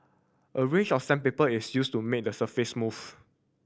a range of sandpaper is used to make the surface smooth